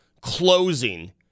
closing